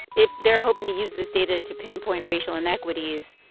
if they're hoping to use this data to pinpoint racial inequities,